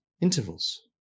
intervals